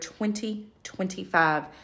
2025